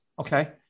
Okay